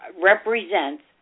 represents